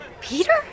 Peter